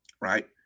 right